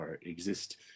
exist